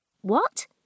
What